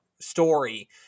story